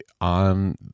on